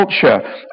culture